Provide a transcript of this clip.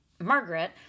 Margaret